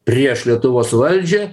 prieš lietuvos valdžią